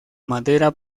madera